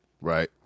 right